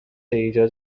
ایجاد